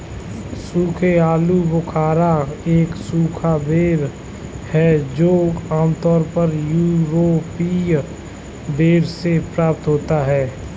सूखे आलूबुखारा एक सूखा बेर है जो आमतौर पर यूरोपीय बेर से प्राप्त होता है